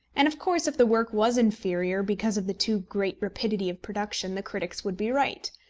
and of course if the work was inferior because of the too great rapidity of production, the critics would be right.